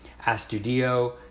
Astudio